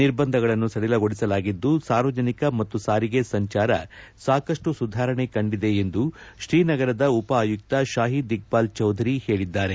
ನಿರ್ಬಂಧಗಳನ್ನು ಸಡಿಲಗೊಳಿಸಲಾಗಿದ್ದು ಸಾರ್ವಜನಿಕ ಮತ್ತು ಸಾರಿಗೆ ಸಂಚಾರ ಸಾಕಷ್ಟು ಸುಧಾರಣೆ ಕಂಡಿದೆ ಎಂದು ಶ್ರೀನಗರದ ಉಪ ಆಯುಕ್ತ ಶಾಹಿದ್ ಇಕ್ವಾಲ್ ಚೌಧರಿ ಹೇಳಿದ್ದಾರೆ